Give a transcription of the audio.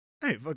Hey